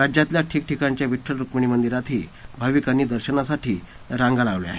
राज्यातल्या ठिकठिकाणच्या विड्ठल रुक्मिणी मंदिरातही भाविकांनी दर्शनासाठी रांगा लावल्या आहेत